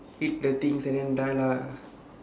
hit the things and then die lah